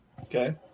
Okay